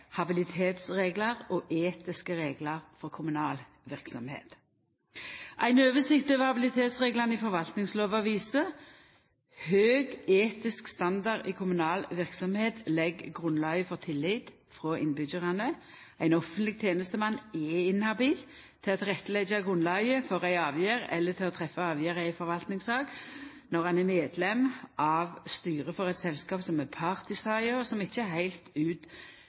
habilitetsreglar og etiske reglar for kommunal verksemd. Ei oversikt over habilitetsreglane i forvaltningslova viser at høg etisk standard i kommunal verksemd legg grunnlaget for tillit frå innbyggjarane. Ein offentleg tenestemann er inhabil til å leggja grunnlaget til rette for ei avgjerd eller for å ta avgjerd i ei forvaltningssak når han er medlem av styret for eit selskap som er part i saka, og som ikkje heilt ut